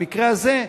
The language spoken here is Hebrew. במקרה הזה,